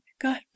god